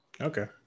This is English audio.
Okay